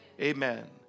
Amen